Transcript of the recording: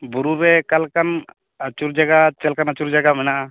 ᱵᱩᱨᱩ ᱨᱮ ᱚᱠᱟ ᱞᱮᱠᱟᱱ ᱟᱹᱪᱩᱨ ᱡᱟᱭᱜᱟ ᱪᱮᱫ ᱞᱮᱠᱟᱱ ᱟᱹᱪᱩᱨ ᱡᱟᱭᱜᱟ ᱢᱮᱱᱟᱜᱼᱟ